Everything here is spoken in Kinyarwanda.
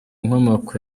inkomoko